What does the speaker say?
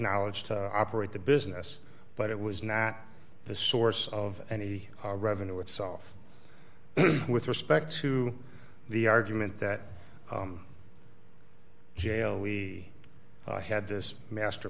knowledge to operate the business but it was not the source of any revenue itself with respect to the argument that jail we had this master